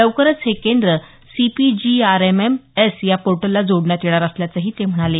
लवकरच हे केंद्र C P G R M एसया पोर्टलला जोडण्यात येणार असल्याचंही ते म्हणाले